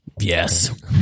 Yes